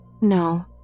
no